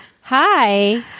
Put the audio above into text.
Hi